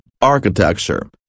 architecture